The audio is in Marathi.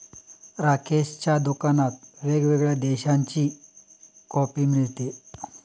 राकेशच्या दुकानात वेगवेगळ्या देशांची कॉफी मिळते